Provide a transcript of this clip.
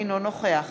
אינו נוכח